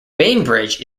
bainbridge